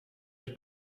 els